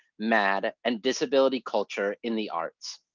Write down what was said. mad, and disability culture in the arts.